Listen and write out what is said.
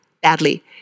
badly